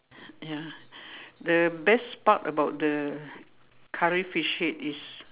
ya the best part about the curry fish head is